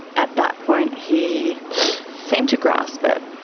at that point he seemed to grasp it.